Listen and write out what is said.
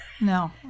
No